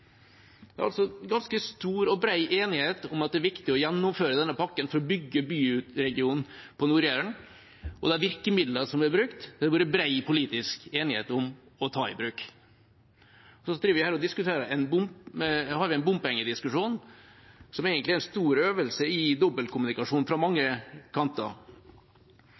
Det er ganske stor og bred enighet om at det er viktig å gjennomføre denne pakken for å bygge ut byregionen på Nord-Jæren. De virkemidlene som er brukt, har det vært bred politisk enighet om å ta i bruk. Vi har her en bompengediskusjon som egentlig er en stor øvelse i dobbeltkommunikasjon fra mange kanter.